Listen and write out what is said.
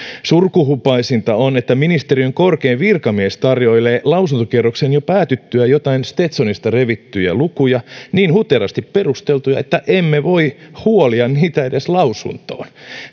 surkuhupaisinta on että ministeriön korkein virkamies tarjoilee lausuntokierroksen jo päätyttyä joitain stetsonista revittyjä lukuja niin huterasti perusteltuja että emme voi huolia niitä edes lausuntoon